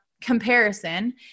comparison